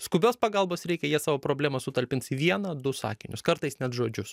skubios pagalbos reikia jie savo problemas sutalpins į vieną du sakinius kartais net žodžius